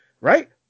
right